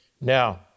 Now